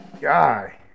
guy